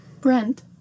Brent